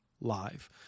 live